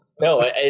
No